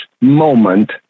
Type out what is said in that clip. moment